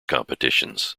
competitions